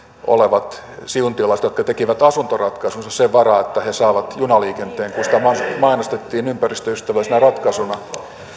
olevat siuntiolaiset jotka tekivät asuntoratkaisunsa sen varaan että he saavat junaliikenteen kun sitä mainostettiin ympäristöystävällisenä ratkaisuna